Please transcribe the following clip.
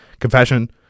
confession